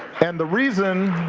and the reason.